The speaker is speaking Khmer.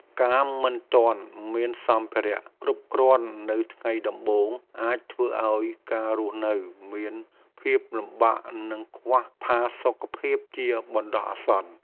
ការមិនទាន់មានសម្ភារៈគ្រប់គ្រាន់នៅថ្ងៃដំបូងអាចធ្វើឱ្យការរស់នៅមានភាពលំបាកនិងខ្វះផាសុកភាពជាបណ្ដោះអាសន្ន។